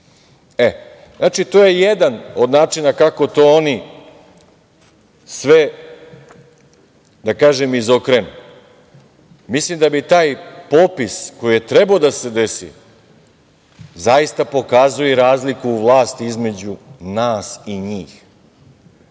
mi. Znači, to je jedan od načina kako to oni sve izokrenu. Mislim da bi taj popis koji je trebao da se desi zaista pokazao i razliku u vlasti između nas i njih